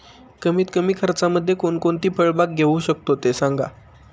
कमीत कमी खर्चामध्ये कोणकोणती फळबाग घेऊ शकतो ते सांगा